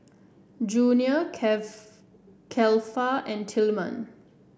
Junior Cle Cleva and Tilman